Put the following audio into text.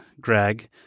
Greg